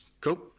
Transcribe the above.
Cool